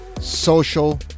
Social